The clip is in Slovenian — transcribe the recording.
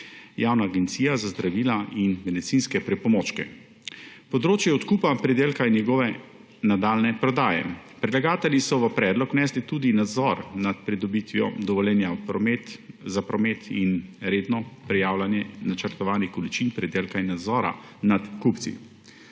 Javna agencija za zdravila in medicinske pripomočke, področje odkupa pridelka in njegove nadaljnje prodaje. Predlagatelji so v predlog vnesli tudi nadzor nad pridobitvijo dovoljenja za promet in redno prijavljanje načrtovanih količin pridelka in nadzora nad kupci.